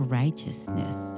righteousness